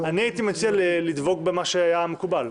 הייתי מציע לדבוק במה שהיה מקובל.